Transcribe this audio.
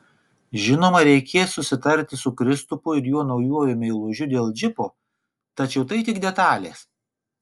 žinoma reikės susitarti su kristupu ir jo naujuoju meilužiu dėl džipo tačiau tai tik detalės